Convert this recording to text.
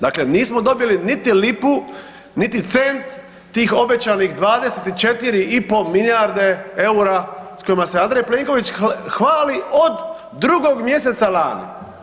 Dakle, nismo dobili niti lipu, niti cent tih obećanih 24,5 milijarde EUR-a s kojima se Andrej Plenković hvali od 2. mjeseca lani.